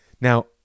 Now